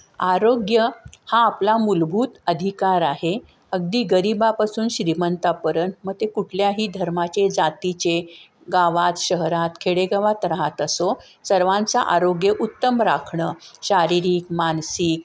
आरोग्य हा आपला मूलभूत अधिकार आहे अगदी गरिबापासून श्रीमंतापर्यंत मग ते कुठल्याही धर्माचे जातीचे गावात शहरात खेडेगावात राहात असो सर्वांचे आरोग्य उत्तम राखणं शारीरिक मानसिक